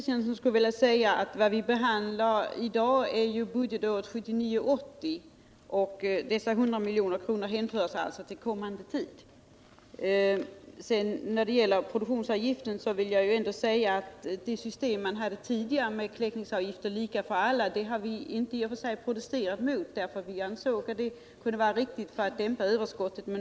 Herr talman! Vad vi i dag behandlar, Axel Kristiansson, är budgetåret 1979/80. Dessa 100 milj.kr. hänför sig alltså till kommande tidpunkt. När det gäller produktionsavgiften har vi inte protesterat mot det tidigare systemet med en kläckningsavgift som var lika för alla. Vi ansåg att det kunde vara riktigt för att dämpa överskottet.